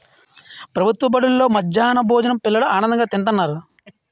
ప్రభుత్వ బడుల్లో మధ్యాహ్నం భోజనాన్ని పిల్లలు ఆనందంగా తింతన్నారు